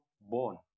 born